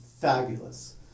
fabulous